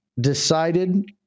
decided